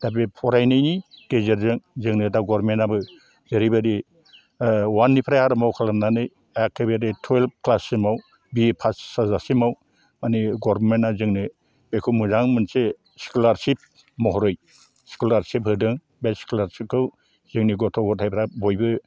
दा बे फरायनायनि गेजेरजों जोंनो दा गरमेन्टआबो जेरै बायदि वाननिफ्राय आराम्भ खालामनानै एखेबारि थुवेल्भ ख्लाससिमआव बि ए पास जाजासिमआव माने गरमेन्टआ जोंनो बेखौ मोजां मोनसे स्क'लारसिप महरै स्क'लारसिप होदों बे स्क'लारसिपखौ जोंनि गथ' गथायफ्रा बयबो